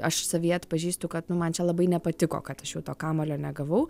aš savyje atpažįstu kad nu man čia labai nepatiko kad aš jau to kamuolio negavau